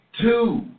two